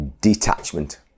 detachment